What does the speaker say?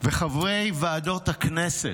וחברי ועדות הכנסת,